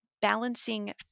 balancing